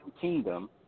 kingdom